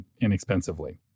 inexpensively